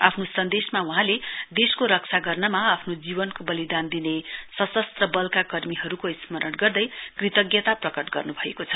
आफ्नो सन्देशमा वहाँले देशको रक्षा गर्नमा आफ्नो जीवनको वलिदान दिने सशस्त्र बलका कर्मीहरूले स्मरण गर्दै कृतज्ञता प्रकट गर्नुभएको छ